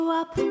up